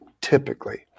typically